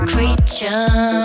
Creature